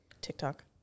TikTok